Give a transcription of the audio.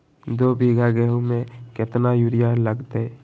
दो बीघा गेंहू में केतना यूरिया लगतै?